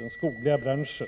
den skogliga branschen.